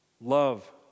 love